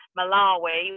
Malawi